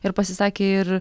ir pasisakė ir